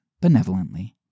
benevolently